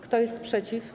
Kto jest przeciw?